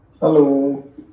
Hello